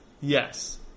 Yes